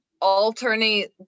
alternate